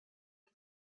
key